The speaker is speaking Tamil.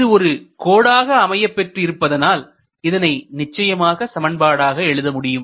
இது ஒரு கோடாக அமையப் பெற்று இருப்பதால் இதனை நிச்சயமாக சமன்பாடாக எழுத முடியும்